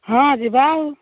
ହଁ ଯିବା ଆଉ